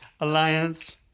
Alliance